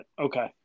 okay